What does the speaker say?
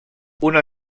una